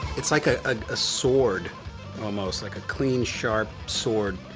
it's like ah ah a sword' almost like a clean sharp sword,